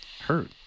hurt